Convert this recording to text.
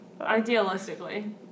Idealistically